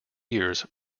years